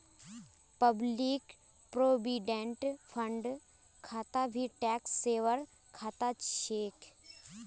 public provident fund खाता भी tax saver खाता छिके